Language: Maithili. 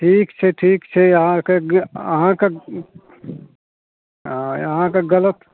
ठीक छै ठीक छै अहाँके अहाँके अहाँके गलत